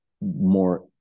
more